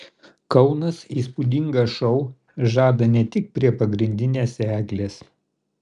kaunas įspūdingą šou žada ne tik prie pagrindinės eglės